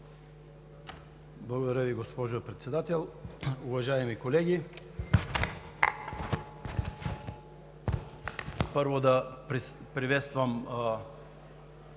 Благодаря Ви, госпожо Председател. Уважаеми колеги, първо, да приветствам